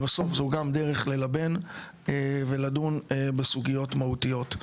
ובסוף זו גם דרך ללבן ולדון בסוגיות מהותיות.